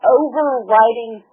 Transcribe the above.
overriding